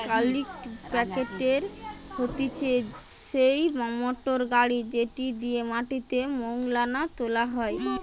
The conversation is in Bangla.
কাল্টিপ্যাকের হতিছে সেই মোটর গাড়ি যেটি দিয়া মাটিতে মোয়লা তোলা হয়